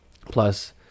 plus